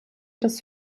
das